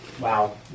Wow